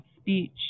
speech